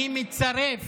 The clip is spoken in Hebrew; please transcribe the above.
אני מצרף